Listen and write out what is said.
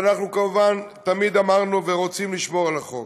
ואנחנו כמובן תמיד אמרנו שאנחנו רוצים לשמור על החוק.